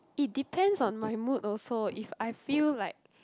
it depends on my mood also if I feel like